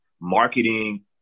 marketing